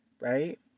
right